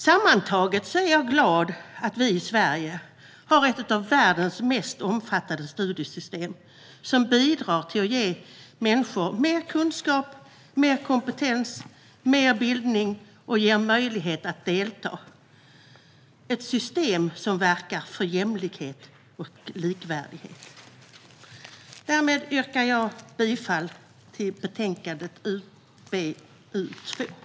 Sammantaget är jag glad över att vi i Sverige har ett av världens mest omfattande studiesystem som bidrar till att ge människor mer kunskap, mer kompetens, mer bildning och ger alla möjlighet att delta. Det är ett system som verkar för jämlikhet och likvärdighet. Därmed yrkar jag bifall till utskottets förslag.